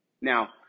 Now